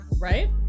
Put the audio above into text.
right